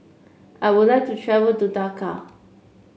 I would like to travel to Dakar